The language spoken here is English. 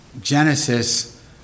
Genesis